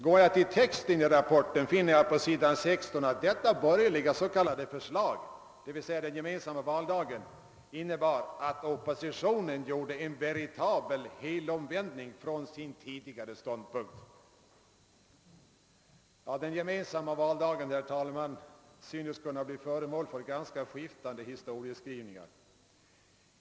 Går jag till texten i rapporten finner jag på s. 16 att detta s.k. borgerliga förslag — d.v.s. den gemensamma valdagen — innebar att »oppositionen gjorde en veritabel helomvändning från sin tidigare ståndpunkt». Den gemensamma valdagen, herr talman, synes kunna bli föremål för ganska skiftande historieskrivningar.